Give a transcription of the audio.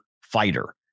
fighter